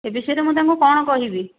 ଏ ବିଷୟରେ ମୁଁ ତାଙ୍କୁ କ'ଣ କହିବି